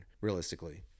realistically